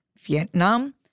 Vietnam